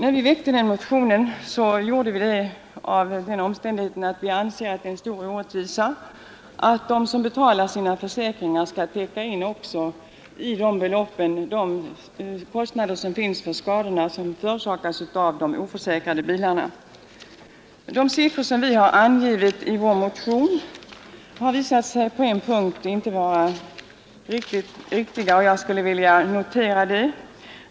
Vi har väckt denna motion därför att vi anser det vara en stor orättvisa, att de som betalar sina försäkringar skall täcka in även de kostnader som uppkommer genom skador förorsakade av oförsäkrade bilar. De siffror vi har angivit i vår motion har på en punkt visat sig vara oriktiga. Jag vill notera det.